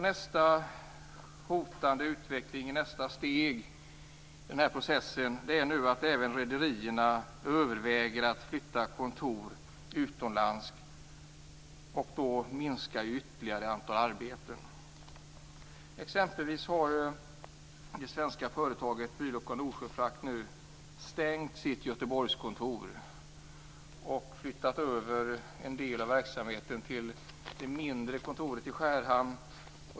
Nästa hotande utveckling i nästa steg i denna process är att även rederierna överväger att flytta kontor utomlands, och då minskar ju antalet arbeten ytterligare. Exempelvis har ju det svenska företaget Bylock & Nordsjöfrakt nu stängt sitt Göteborgskontor och flyttat över en del av verksamheten till det mindre kontoret i Skärhamn.